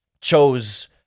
chose